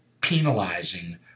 penalizing